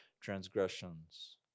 transgressions